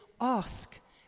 ask